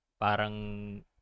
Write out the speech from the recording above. parang